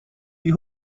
wie